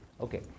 Okay